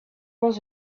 was